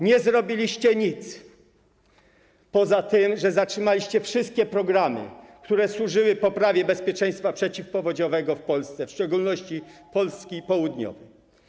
Nie zrobiliście nic, poza tym, że zatrzymaliście wszystkie programy, które służyły poprawie bezpieczeństwa przeciwpowodziowego w Polsce, w szczególności w Polsce południowej.